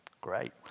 Great